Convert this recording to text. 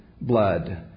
blood